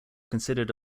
considered